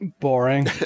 Boring